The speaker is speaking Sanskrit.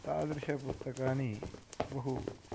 तादृशपुस्तकानि बहु